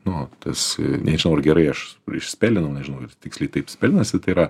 nu va tas nežinau ar gerai aš išspelinau nežinau ir tiksliai taip spelinasi tai yra